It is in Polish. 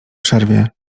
przerwie